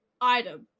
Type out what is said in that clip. item